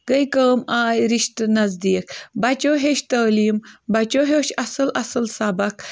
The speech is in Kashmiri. گٔے کٲم آیہِ رِشتہٕ نزدیٖک بَچو ہیٚچھۍ تٲلیٖم بَچو ہیوٚچھ اَصٕل اَصٕل سبق